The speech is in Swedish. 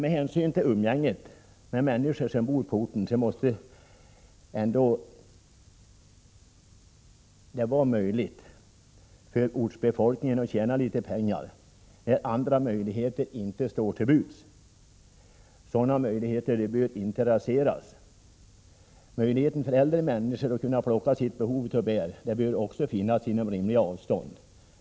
Med hänsyn till umgänget med människor som bor på orten måste det ändå vara möjligt för ortsbefolkningen att på detta sätt tjäna litet pengar när andra utvägar inte står till buds. Sådana möjligheter bör inte raseras. Äldre människors behov av att kunna plocka bär bör tillgodoses inom rimliga avstånd.